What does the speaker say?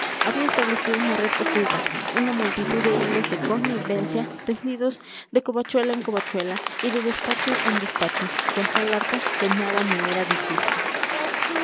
había establecido una red oculta una multitud de hilos de connivencia tendidos de covachuela en covachuela y de despacho en despacho con tal arte que nada me era difícil